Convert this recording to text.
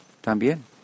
También